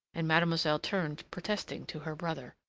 and mademoiselle turned protesting to her brother.